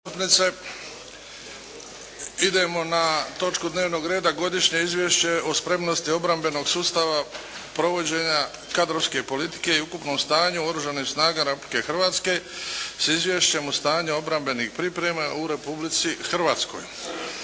Idemo na točku dnevnog reda: - Godišnje izvješće o spremnosti obrambenog sustava, provođenju kadrovske politike i ukupnom stanju u Oružanim snagama Republike Hrvatske, s Izvješćem o stanju obrambenih priprema u Republici Hrvatskoj